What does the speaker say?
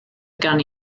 gun